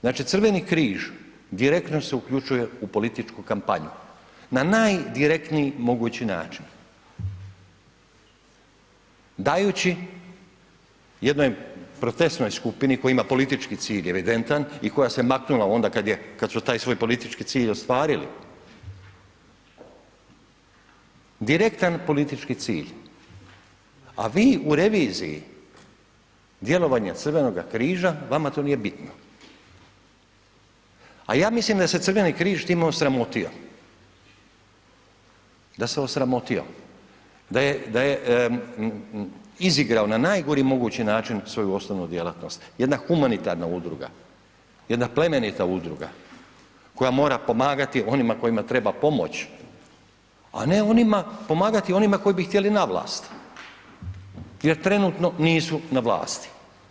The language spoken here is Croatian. Znači, Crveni križ direktno se uključuje u političku kampanju na najdirektniji mogući način, dajući jednoj protestnoj skupini koja ima politički cilj evidentan i koja se maknula onda kad su taj svoj politički cilj ostvarili, direktan politički cilj, a vi u reviziji djelovanja Crvenoga križa, vama to nije bitno, a ja mislim da je se Crveni križ time osramotio, da se osramotio, da je izigrao na najgori mogući način svoju osnovnu djelatnost, jedna humanitarna udruga, jedna plemenita udruga koja mora pomagati onima kojima treba pomoć, a ne onima, pomagati onima koji bi htjeli na vlast jer trenutno nisu na vlasti.